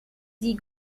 sie